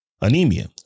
anemia